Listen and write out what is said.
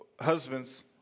husbands